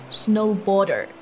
snowboarder